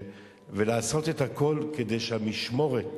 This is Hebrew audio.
ולעשות את הכול כדי שהמשמורת